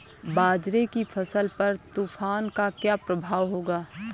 बाजरे की फसल पर तूफान का क्या प्रभाव होगा?